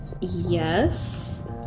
Yes